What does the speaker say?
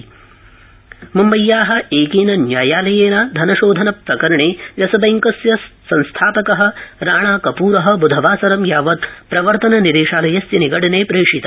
यस बैंकस्य संस्थापक मुम्बष्या एकेन न्यायालयेन धनशोधनप्रकरणे यसबैंकस्य संस्थापक राणा कप्र बृधवासरं यावत् प्रवर्तननिदेशालयस्य निगडने प्रेषित